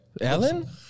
Ellen